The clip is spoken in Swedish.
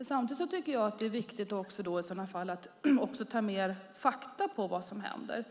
Samtidigt är det viktigt att få mer fakta över vad som händer.